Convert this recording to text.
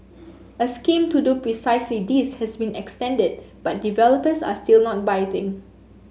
a scheme to do precisely this has been extended but developers are still not biting